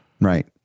Right